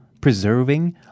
preserving